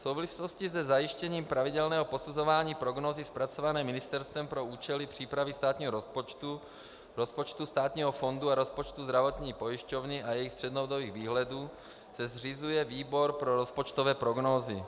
V souvislosti se zajišťováním pravidelného posuzování prognózy zpracované ministerstvem pro účely přípravy státního rozpočtu, rozpočtu státního fondu a rozpočtu zdravotní pojišťovny a jejich střednědobých výhledů se zřizuje výbor pro rozpočtové prognózy.